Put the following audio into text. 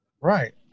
Right